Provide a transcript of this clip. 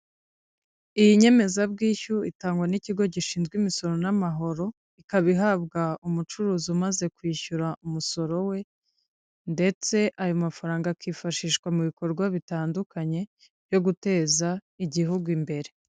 Iyi nyemezabwishyu itangwa n'ikigo gishinzwe imisoro n'amahoro, ikaba ihabwa umucuruzi umaze kwishyura umusoro we ndetse ayo mafaranga akifashishwa mu bikorwa bitandukanye byo guteza igihugu imbere.